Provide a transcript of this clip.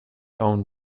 owned